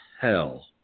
Hell